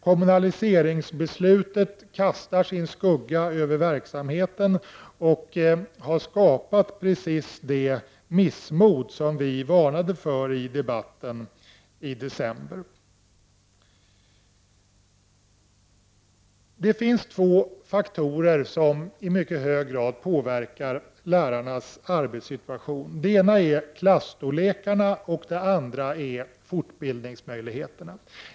Kommunaliseringsbeslutet kastar sin skugga över verksamheten och har skapat precis det missmod som vi varnade för i debatten i december. Det finns två faktorer som i mycket hög grad påverkar lärarnas arbetssituation. Det ena är klassernas storlek och det andra är fortbildningsmöjligheterna.